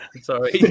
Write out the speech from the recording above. Sorry